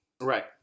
Right